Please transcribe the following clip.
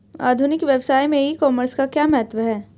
आधुनिक व्यवसाय में ई कॉमर्स का क्या महत्व है?